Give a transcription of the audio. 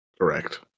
Correct